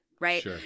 right